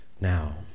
Now